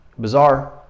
Bizarre